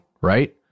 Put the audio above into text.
Right